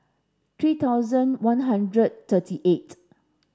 three thousand one hundred thirty eight